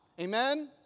Amen